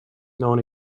known